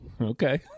Okay